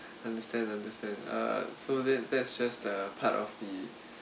understand understand uh so that that's just the part of the